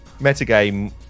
metagame